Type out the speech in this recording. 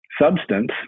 substance